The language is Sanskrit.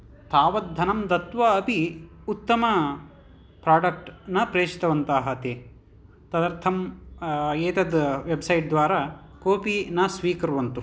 तावद् धनं दत्वा अपि उत्तम प्रोडक्ट् न प्रेषितवन्तः ते तदर्थम् एतद् वेब्सैट् द्वारा कोऽपि न स्वीकुर्वन्तु